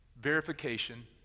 verification